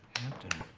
hampton?